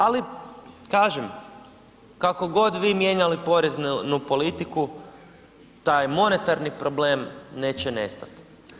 Ali, kažem, kako god vi mijenjali poreznu politiku, taj monetarni problem neće nestati.